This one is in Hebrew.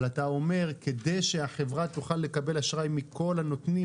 אבל אתה אומר שכדי שהחברה תוכל לקבל אשראי מכל הנותנים,